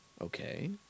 Okay